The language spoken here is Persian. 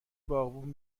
باغبون